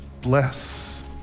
bless